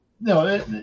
no